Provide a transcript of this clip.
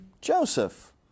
Joseph